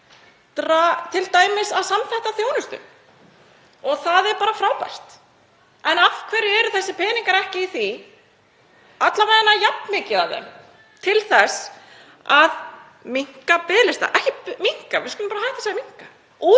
t.d. að samþætta þjónustu og það er bara frábært. En af hverju eru þessir peningar ekki notaðir, alla vega jafn mikið af þeim, til þess að minnka biðlista? Og ekki minnka, við skulum bara hætta að segja minnka.